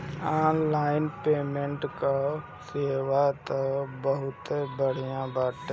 online payment कअ सेवा तअ बहुते बढ़िया बाटे